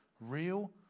Real